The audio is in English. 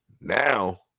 now